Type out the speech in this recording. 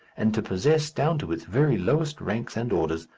and to possess, down to its very lowest ranks and orders,